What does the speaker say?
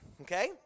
Okay